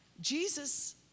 Jesus